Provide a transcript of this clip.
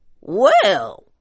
Well